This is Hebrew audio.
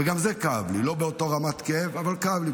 וגם זה כאב לי, לא באותה רמת כאב, אבל כאב לי.